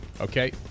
okay